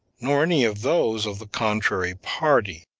nor any of those of the contrary party.